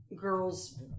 girls